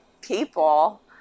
people